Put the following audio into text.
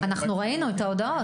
אנחנו ראינו את ההודעות,